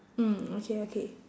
mm okay okay